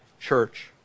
church